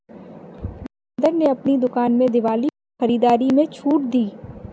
जोगिंदर ने अपनी दुकान में दिवाली पर खरीदारी में छूट दी